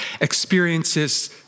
experiences